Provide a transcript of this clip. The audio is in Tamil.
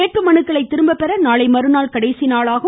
வேட்பு மனுக்களை திரும்ப பெற நாளை மறுநாள் கடைசி நாளாகும்